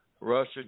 Russia